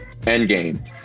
Endgame